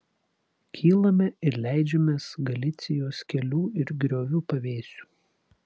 kylame ir leidžiamės galicijos kelių ir griovų pavėsiu